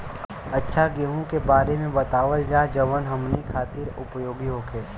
अच्छा गेहूँ के बारे में बतावल जाजवन हमनी ख़ातिर उपयोगी होखे?